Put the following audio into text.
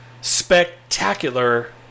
spectacular